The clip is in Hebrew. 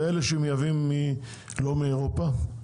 ואלו שמייבאים לא מאירופה?